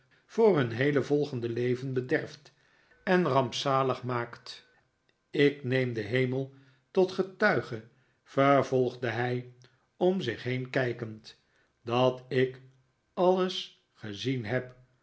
voor hun heele volgende leven bederft en rampzalig maakt ik neem den hqmel tot getuige vervolgde hij om zich heen kijkend dat ik alles gezien heb